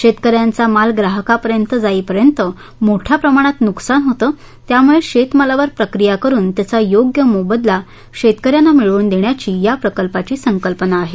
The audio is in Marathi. शेतकऱ्यांचा माल ग्राहकापर्यंत जाईपर्यंत मोठ्या प्रमाणात नुकसान होतं त्यामुळे शेतमालावर प्रक्रिया करून त्याचा योग्य मोबदला शेतकऱ्यांना मिळवून देण्याची या प्रकल्पाची संकल्पना आहे